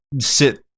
sit